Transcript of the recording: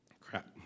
crap